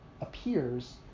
appears